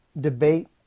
debate